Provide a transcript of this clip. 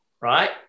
right